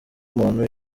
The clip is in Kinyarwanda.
umuntu